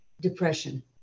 depression